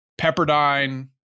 Pepperdine